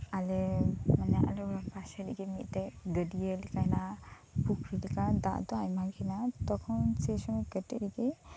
ᱟᱞᱮ ᱢᱟᱱᱮ ᱟᱞᱮ ᱯᱟᱥᱮᱨᱮᱜᱤ ᱜᱟᱹᱰᱭᱟᱹ ᱞᱮᱠᱟ ᱦᱮᱱᱟᱜᱼᱟ ᱯᱩᱠᱷᱨᱤᱞᱮᱠᱟ ᱫᱟᱜᱫᱚ ᱟᱭᱢᱟᱜᱮ ᱦᱮᱱᱟᱜᱼᱟ ᱛᱚᱠᱷᱚᱱ ᱥᱮ ᱥᱚᱢᱚᱭ ᱠᱟᱹᱴᱤᱡ ᱨᱮᱜᱤ